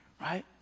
right